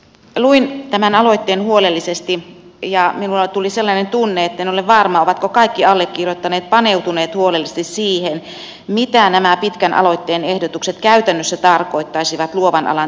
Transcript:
luin tämän aloitteen huolellisesti ja minulle tuli sellainen tunne etten ole varma ovatko kaikki allekirjoittaneet paneutuneet huolellisesti siihen mitä nämä pitkän aloitteen ehdotukset käytännössä tarkoittaisivat luovan alan toimijoille ja tuottajille